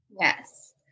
Yes